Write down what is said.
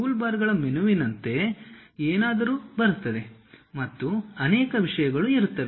ಟೂಲ್ಬಾರ್ಗಳ ಮೆನುವಿನಂತೆ ಏನಾದರೂ ಇರುತ್ತದೆ ಮತ್ತು ಅನೇಕ ವಿಷಯಗಳು ಇರುತ್ತವೆ